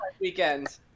Weekend